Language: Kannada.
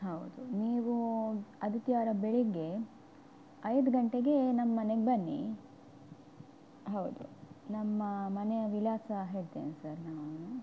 ಹೌದು ನೀವು ಆದಿತ್ಯವಾರ ಬೆಳಗ್ಗೆ ಐದು ಗಂಟೆಗೆ ನಮ್ಮ ಮನೆಗೆ ಬನ್ನಿ ಹೌದು ನಮ್ಮ ಮನೆಯ ವಿಳಾಸ ಹೇಳ್ತೇನೆ ಸರ್ ನಾನು